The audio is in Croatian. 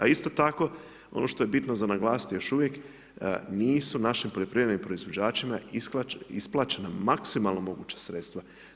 A isto tako, ono što je bitno za naglasiti, još uvijek, nisu našim poljoprivrednim proizvođačima isplaćena maksimalna moguća sredstva.